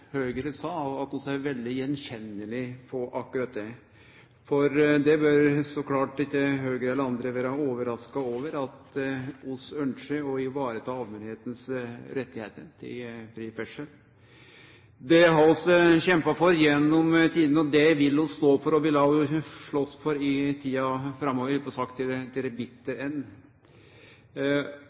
er veldig attkjennelege på akkurat det, for Høgre eller andre bør så klart ikkje vere overraska over at vi ønskjer å ta vare på allmentas rettar til fri ferdsel. Det har vi kjempa for gjennom tidene. Det vil vi stå for, og det vil vi slåst for i tida framover – «to the bitter end». Mange av oss har jo sett i